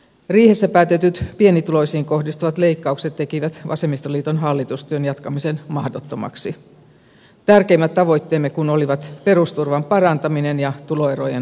riihessä päätetyt pienituloisiin kohdistuvat leikkaukset tekivät vasemmistoliiton hallitustyön jatkamisen mahdottomaksi tärkeimmät tavoitteemme kun olivat perusturvan parantaminen ja tuloerojen kaventaminen